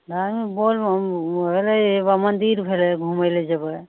मन्दिर भेलय घुमय लए जेबय